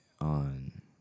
on